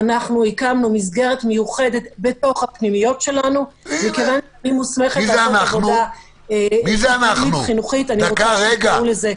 נגיע לסעיפים הללו לדאבוני, לא היום,